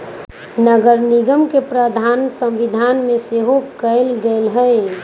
नगरनिगम के प्रावधान संविधान में सेहो कयल गेल हई